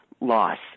loss